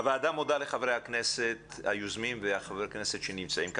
הוועדה מודה לחברי הכנסת היוזמים ולחברי הכנסת שנמצאים כאן.